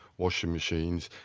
washing machines,